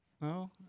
No